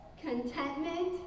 contentment